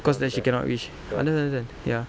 because there she cannot reach understand understand ya